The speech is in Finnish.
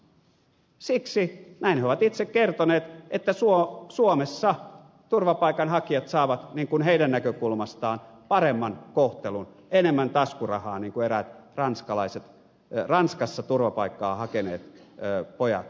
siksi näin he ovat itse kertoneet että suomessa turvapaikanhakijat saavat heidän näkökulmastaan paremman kohtelun enemmän taskurahaa niin kuin eräät ranskasta turvapaikkaa hakeneet pojat lehtihaastattelussa ilmoittivat